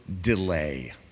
delay